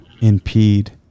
impede